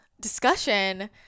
discussion